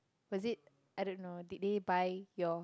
was it I don't know did they buy your